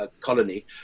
colony